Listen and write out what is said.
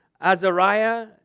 Azariah